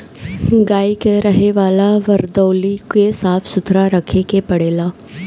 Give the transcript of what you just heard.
गाई के रहे वाला वरदौली के साफ़ सुथरा रखे के पड़ेला